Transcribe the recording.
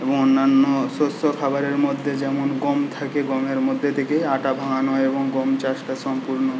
এবং অন্যান্য শস্য খাবারের মধ্যে যেমন গম থাকে গমের মধ্যে থেকেই আটা ভাঙানো হয় এবং গম চাষটা সম্পূর্ণ